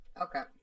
Okay